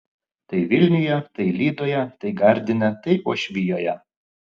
tai vilniuje tai lydoje tai gardine tai uošvijoje